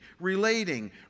relating